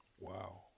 Wow